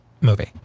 movie